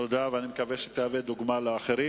תודה, ואני מקווה שתשמש דוגמה לאחרים.